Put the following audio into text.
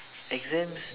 exams